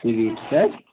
ٹھیٖک چھےٚ حظ